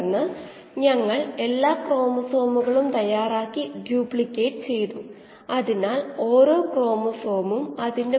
അപ്പോൾ xm ഇങ്ങനെയാകും പരമാവധി കോശ ഗാഢതയുടെ സമവാക്യമാണിത്